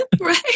Right